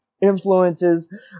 Influences